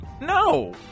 no